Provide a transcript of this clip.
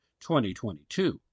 2022